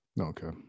Okay